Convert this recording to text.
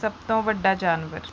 ਸਭ ਤੋਂ ਵੱਡਾ ਜਾਨਵਰ